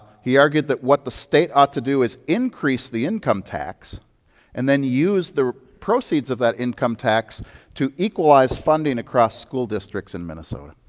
he argued that what the state ought to do is increase the income tax and then use the proceeds of that income tax to equalize funding across school districts in minnesota.